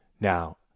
Now